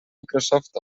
microsoft